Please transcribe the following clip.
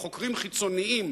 או חוקרים חיצוניים,